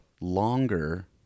longer